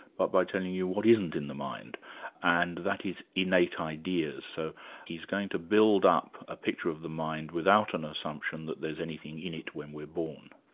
but by telling you what isn't in the mind and that is, innate ideas. so he's going to build up a picture of the mind without an assumption that there's anything in it when we're born.